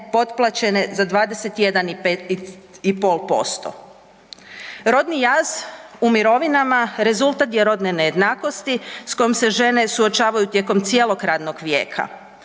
potplaćene za 21,5%. Rodni jaz u mirovinama rezultat je rodne nejednakosti s kojom se žene suočavaju tijekom cijelog radnog vijeka,